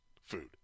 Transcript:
food